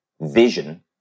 vision